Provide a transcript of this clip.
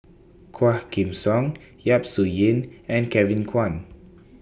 Quah Kim Song Yap Su Yin and Kevin Kwan